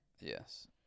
Yes